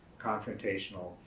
confrontational